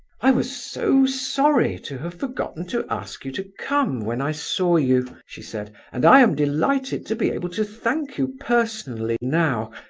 i was so sorry to have forgotten to ask you to come, when i saw you, she said, and i am delighted to be able to thank you personally now,